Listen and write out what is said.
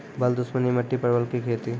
बल दुश्मनी मिट्टी परवल की खेती?